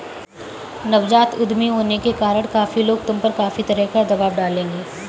नवजात उद्यमी होने के कारण काफी लोग तुम पर काफी तरह का दबाव डालेंगे